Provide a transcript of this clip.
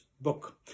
book